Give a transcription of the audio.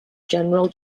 general